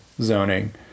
zoning